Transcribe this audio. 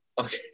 Okay